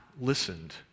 listened